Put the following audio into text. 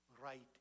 right